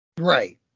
right